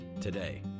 today